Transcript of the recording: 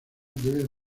debe